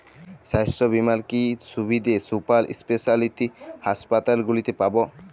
স্বাস্থ্য বীমার কি কি সুবিধে সুপার স্পেশালিটি হাসপাতালগুলিতে পাব?